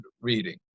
reading